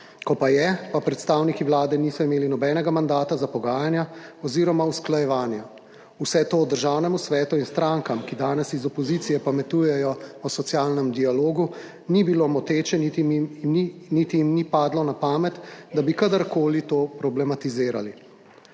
ko pa je, pa predstavniki Vlade niso imeli nobenega mandata za pogajanja oziroma usklajevanja. Vse to Državnemu svetu in strankam, ki danes iz opozicije pametujejo o socialnem dialogu, ni bilo moteče, niti jim ni padlo na pamet, da bi kadar koli to problematizirali.